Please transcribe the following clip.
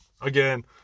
Again